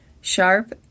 Sharp